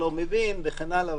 לא מבין" וכולי.